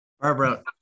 Barbara